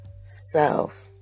self